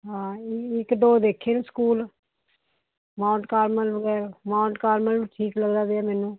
ਹਾਂ ਈ ਇੱਕ ਦੋ ਦੇਖੇ ਨੇ ਸਕੂਲ ਮਾਊਂਟ ਕਾਰਮਲ ਵਾ ਜਾਂ ਮਾਊਂਟ ਕਾਰਮਲ ਠੀਕ ਲੱਗਦਾ ਪਿਆ ਮੈਨੂੰ